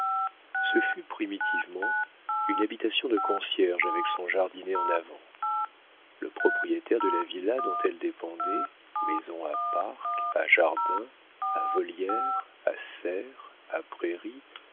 ce fut primitivement une habitation de concierge avec son jardinet en avant le propriétaire de la villa dont elle dépendait maison à parc à jardins à volière à serre à prairies